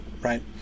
right